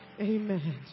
Amen